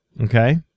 Okay